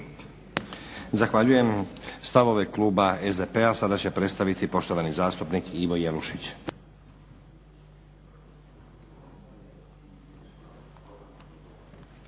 Zahvaljujem. Stavove kluba SDP-a sada će predstaviti poštovani zastupnik Ivo Jelušić.